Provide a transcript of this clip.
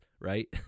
Right